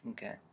Okay